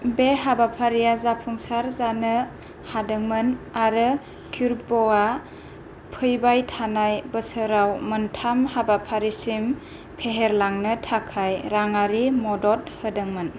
बे हाबाफारिया जाफुंसार जानो हादोंमोन आरो क्यूर्भ'आ फैबायथानाय बोसोराव मोन्थाम हाबाफारिसिम फेहेरलांनो थाखाय रांआरि मदद होदोंमोन